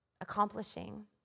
accomplishing